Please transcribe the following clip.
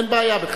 אין בעיה בכלל.